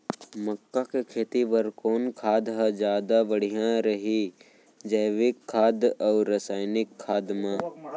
मक्का के खेती बर कोन खाद ह जादा बढ़िया रही, जैविक खाद अऊ रसायनिक खाद मा?